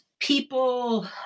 people